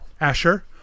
Asher